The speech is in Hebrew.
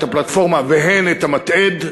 את הפלטפורמה והן את המטע"ד,